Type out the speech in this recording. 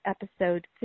episode